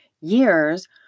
years